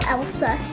Elsa